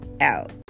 out